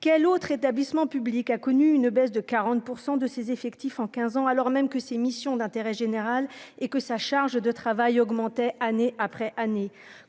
quel autre établissement public a connu une baisse de 40 % de ses effectifs en 15 ans alors même que ses missions d'intérêt général et que sa charge de travail augmentait, année après année,